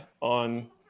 on